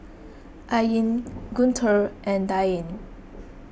Ain Guntur and Dian